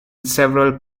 several